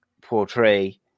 portray